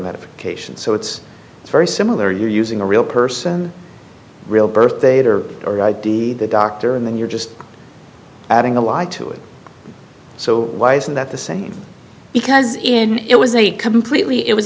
medication so it's very similar you using a real person real birth date or are i d d the doctor and then you're just adding a lie to it so why isn't that the same because in it was a completely it was